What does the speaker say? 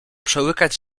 przełykać